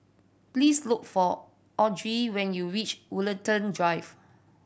please look for Autry when you reach Woollerton Drive